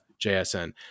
JSN